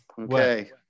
Okay